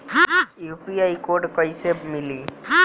UPI code कैसे मिली?